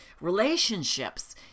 relationships